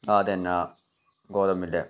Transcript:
ആ അതുതന്നെ ആ ഗോതമ്പിൻ്റെ